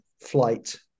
flight